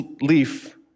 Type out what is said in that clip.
leaf